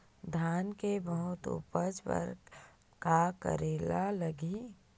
धान के बहुत उपज बर का करेला लगही?